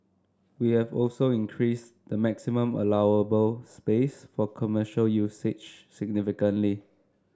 we have also increased the maximum allowable space for commercial usage significantly